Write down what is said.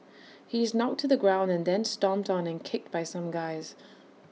he is knocked to the ground and then stomped on and kicked by some guys